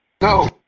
No